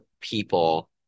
people